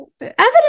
evidence